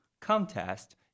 Contest